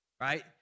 right